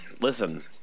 listen